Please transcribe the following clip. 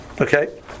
Okay